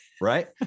Right